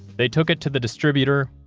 they took it to the distributor,